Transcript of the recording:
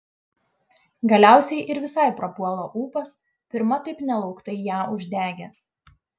galiausiai ir visai prapuola ūpas pirma taip nelauktai ją uždegęs